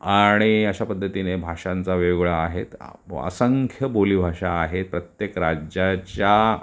आणि अशा पद्धतीने भाषांचा वेगवेगळ्या आहेत असंख्य बोली भाषा आहेत प्रत्येक राज्याच्या